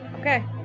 Okay